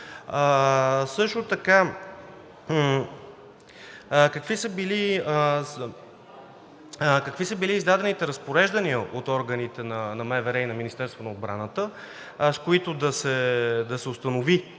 какви са били издадените разпореждания от органите на МВР и на Министерството на отбраната, с които най малкото